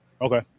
Okay